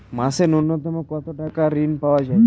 মাসে নূন্যতম কত টাকা ঋণ পাওয়া য়ায়?